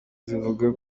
zivuga